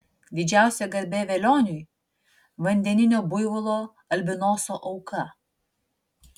didžiausia garbė velioniui vandeninio buivolo albinoso auka